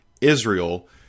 Israel